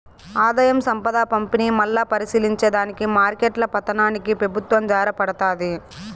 ఆదాయం, సంపద పంపిణీ, మల్లా పరిశీలించే దానికి మార్కెట్ల పతనానికి పెబుత్వం జారబడతాది